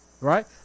right